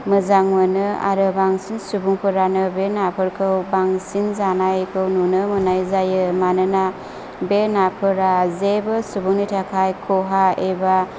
मोजां मोनो आरो बांसिन सुबुंफोरानो बे नाफोरखौ बांसिन जानायखौ नुनो मोननाय जायो मानोना बे नाफोरा जेबो सुबुंनि थाखाय खहा एबा